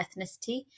ethnicity